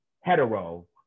hetero